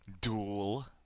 Duel